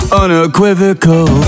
unequivocal